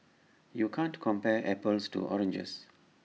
you can't compare apples to oranges